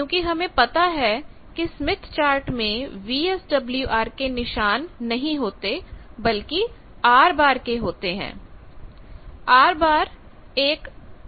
क्योंकि हमें पता है कि स्मिथ चार्ट में वीएसडब्ल्यूआर के निशान नहीं होते बल्कि R के होते हैं १४३१ समय पर देखे